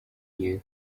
you